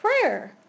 prayer